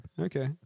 okay